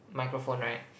microphone right